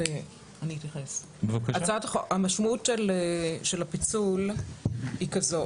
משמעות הפיצול היא כזו: